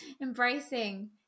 Embracing